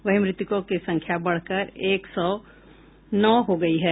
वहीं मृतकों की संख्या बढ़कर एक सौ नौ हो गयी है